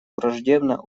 враждебно